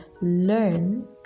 learn